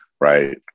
Right